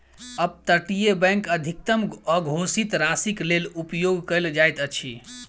up तटीय bank अधिकतम अघोषित राशिक लेल उपयोग कयल जाइत अछि